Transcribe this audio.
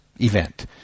event